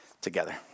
together